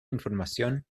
información